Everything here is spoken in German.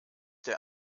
der